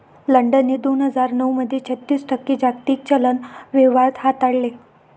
लंडनने दोन हजार नऊ मध्ये छत्तीस टक्के जागतिक चलन व्यवहार हाताळले